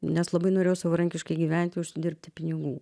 nes labai norėjau savarankiškai gyventi užsidirbti pinigų